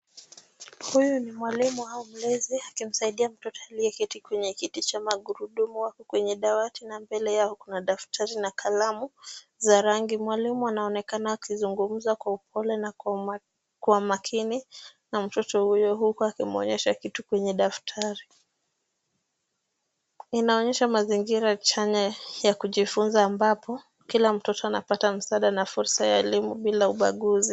Huyu ni mwalimu au mlezi akimsaidia mtoto aliyeketi kwenye kiti cha magurudumu ako kwenye dawati na mbele yao kuna daftari na kalamu za rangi. Mwalimu anaonekana akizungumza kwa upole na kwa makini na mtoto huyo huku akimuonyesha kitu kwenye daftari. Inaonyesha mazingira chanya ya kujifunza ambapo kila mtoto anapata msaada na fursa ya elimu bila ubaguzi.